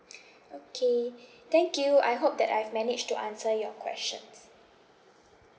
okay thank you I hope that I've managed to answer your questions